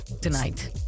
tonight